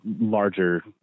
larger